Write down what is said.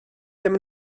ddim